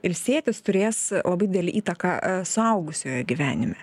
ilsėtis turės labai didelę įtaką suaugusiojo gyvenime